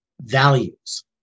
values